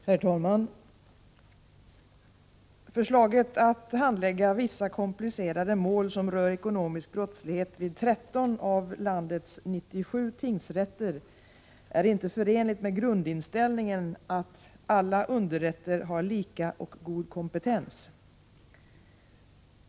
Herr talman! Förslaget att handlägga vissa komplicerade mål som rör ekonomisk brottslighet vid 13 av landets 97 tingsrätter är inte förenligt med grundinställningen att alla underrätter har lika och god kompetens.